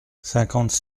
cinquante